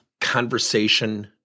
conversation